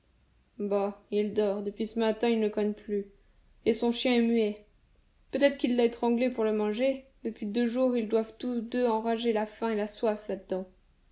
bah il dort depuis ce matin il ne cogne plus et son chien est muet peut-être qu'il l'a étranglé pour le manger depuis deux jours ils doivent tous deux enrager la faim et la soif là-dedans